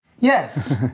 Yes